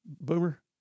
Boomer